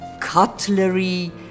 cutlery